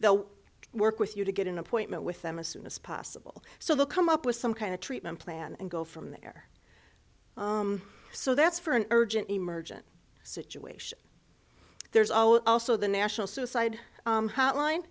the work with you to get an appointment with them as soon as possible so they'll come up with some kind of treatment plan and go from there so that's for an urgent emergent situation there's also the national suicide hotline